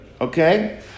Okay